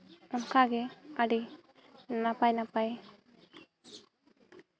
ᱚᱱᱠᱟᱜᱮ ᱟᱹᱰᱤ ᱱᱟᱯᱟᱭ ᱱᱟᱯᱟᱭ